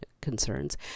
concerns